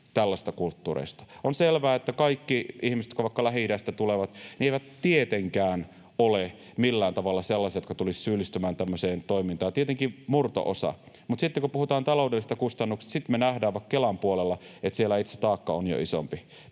tällaisista kulttuureista. On selvää, että kaikki ihmiset, vaikka Lähi-idästä tulevat, eivät tietenkään ole millään tavalla sellaisia, jotka tulisivat syyllistymään tämmöiseen toimintaan, tietenkin se on murto-osa, mutta sitten kun puhutaan taloudellisista kustannuksista, me nähdään vaikka Kelan puolella, että siellä se taakka on jo isompi.